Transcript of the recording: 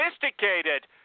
sophisticated